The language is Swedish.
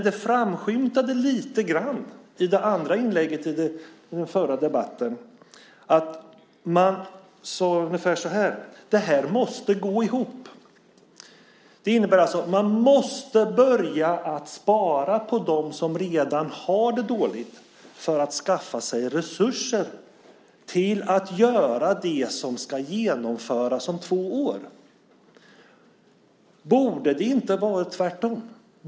Det framskymtade lite grann i det andra inlägget i den förra debatten att "det här måste gå ihop". Det innebär alltså att man måste börja spara på dem som redan har det dåligt för att skaffa sig resurser till att göra det som ska genomföras om två år. Borde det inte ha varit tvärtom?